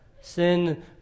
Sin